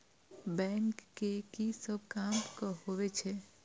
Bank के की सब काम होवे छे?